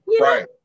Right